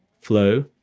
flow,